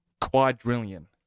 quadrillion